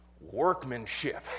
workmanship